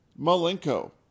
Malenko